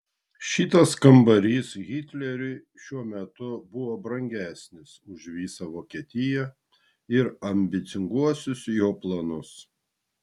šitas kambarys hitleriui šiuo metu buvo brangesnis už visą vokietiją ir ambicinguosius jo planus